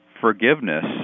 forgiveness